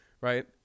Right